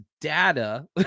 data